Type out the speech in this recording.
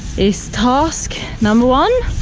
is task number one,